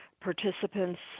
participants